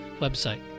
website